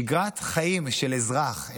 שגרת חיים של אזרח.